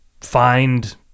find